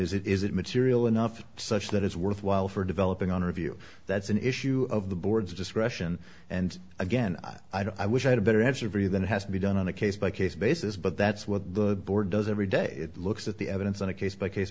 is it is it material enough such that it's worthwhile for developing honor of you that's an issue of the board's discretion and again i wish i had a better answer for you than it has to be done on a case by case basis but that's what the board does every day looks at the evidence on a case by case